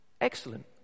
excellent